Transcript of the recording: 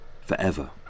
forever